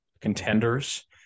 contenders